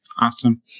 Awesome